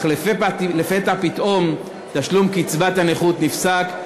אך לפתע פתאום תשלום קצבת הנכות נפסק,